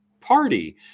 party